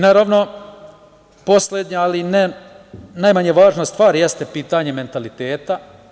Naravno, poslednja, ali ne najmanje važna stvar, jeste pitanje mentaliteta.